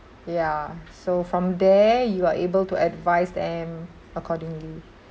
ya so from there you are able to advise them accordingly